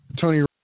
Tony